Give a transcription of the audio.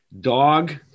dog